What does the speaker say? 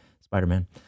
Spider-Man